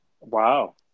Wow